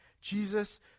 Jesus